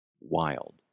Wild